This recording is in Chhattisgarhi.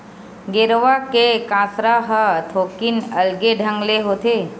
गेरवा ले कांसरा ह थोकिन अलगे ढंग ले होथे